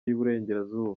y’iburengerazuba